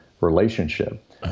relationship